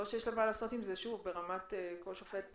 לא שיש לה מה לעשות עם זה ברמת כל שופט --- אני